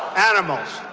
animals